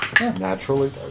Naturally